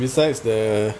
besides the